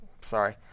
Sorry